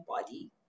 body